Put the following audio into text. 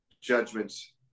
judgments